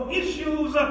issues